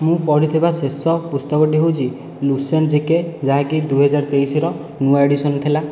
ମୁଁ ପଢ଼ିଥିବା ଶେଷ ପୁସ୍ତକଟି ହେଉଛି ଲୁସନ ଜିକେ ଯାହାକି ଦୁଇହଜାର ତେଇଶର ନୂଆ ଏଡ଼ିସନ ଥିଲା